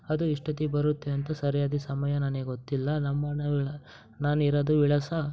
ಅದು ಎಷ್ಟೊತ್ತಿಗೆ ಬರುತ್ತೆ ಅಂತ ಸರಿಯಾದ ಸಮಯ ನನಗೆ ಗೊತ್ತಿಲ್ಲ ನಮ್ಮ ಮನೆಯವಳ ನಾನಿರೋದು ವಿಳಾಸ